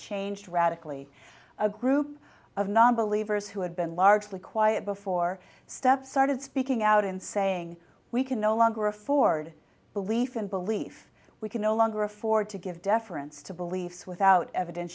changed radically a group of nonbelievers who had been largely quiet before steps started speaking out in saying we can no longer afford belief in belief we can no longer afford to give deference to beliefs without